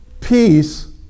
peace